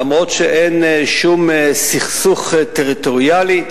אף-על-פי שאין שום סכסוך טריטוריאלי,